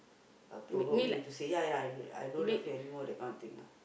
uh provoke you to say ya ya I don't love you anymore that kind of thing ah